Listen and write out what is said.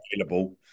available